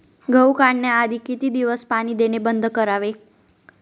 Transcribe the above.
गहू काढण्याआधी किती दिवस पाणी देणे बंद करावे?